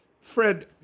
Fred